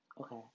Okay